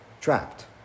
trapped